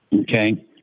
Okay